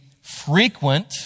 frequent